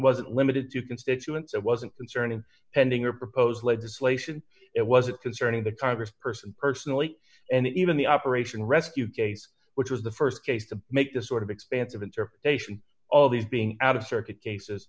wasn't limited to constituents it wasn't concerning pending or proposed legislation it was it concerning the congress person personally and even the operation rescue case which was the st case to make the sort of expansive interpretation of these being out of circuit cases